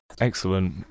Excellent